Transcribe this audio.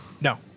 No